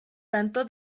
tanto